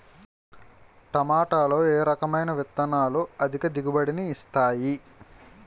టమాటాలో ఏ రకమైన విత్తనాలు అధిక దిగుబడిని ఇస్తాయి